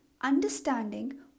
understanding